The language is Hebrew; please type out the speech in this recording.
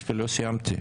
אבל לא סיימתי.